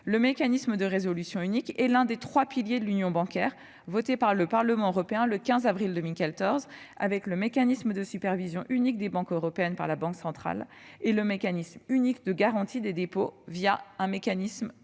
Le mécanisme de résolution unique est l'un des trois piliers de l'Union bancaire votée par le Parlement européen le 15 avril 2014, avec le mécanisme de supervision unique des banques européennes par la Banque centrale européenne et le système unique de garantie des dépôts, un fonds de